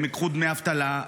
הם ייקחו דמי אבטלה,